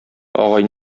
агай